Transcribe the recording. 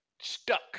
stuck